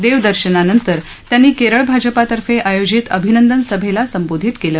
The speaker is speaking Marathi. देवदर्शनानंतर त्यांनी केरळ भाजपातर्फे आयोजित अभिनंदन सभेला संबोधित केलं